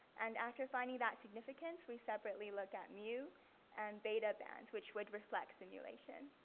and after finding that significance we separately look at mu and beta bands which would reflect simulation.